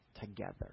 together